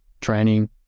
training